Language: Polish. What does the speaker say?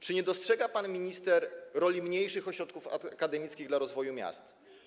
Czy nie dostrzega pan minister roli mniejszych ośrodków akademickich w rozwoju miast?